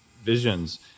visions